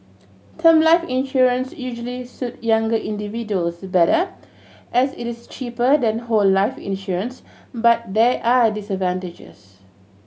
term life insurance usually suit younger individuals better as it is cheaper than whole life insurance but there are disadvantages